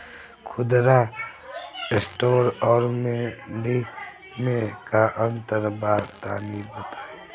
खुदरा स्टोर और मंडी में का अंतर बा तनी बताई?